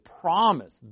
promise